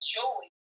joy